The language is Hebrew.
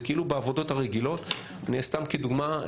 סתם כדוגמה,